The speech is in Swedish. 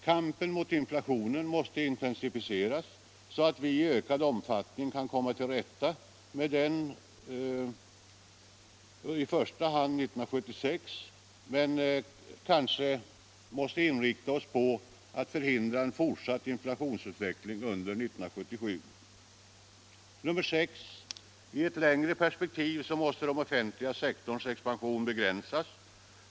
Kampen mot inflationen måste intensifieras så att vi i ökad omfattning kan komma till rätta med den under 1976, men vi måste kanske i första hand inrikta oss på att förhindra en fortsatt inflationsutveckling under 1977. 6. I ett längre perspektiv måste den offentliga sektorns expansion begränsas.